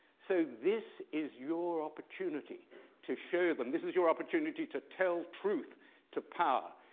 so this is your opportunity to show them this is your opportunity to tell truth to power,